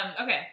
Okay